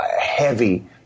heavy